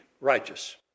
righteous